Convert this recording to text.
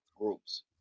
groups